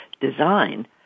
design